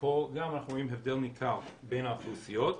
פה גם אנחנו רואים הבדל ניכר בין האוכלוסיות.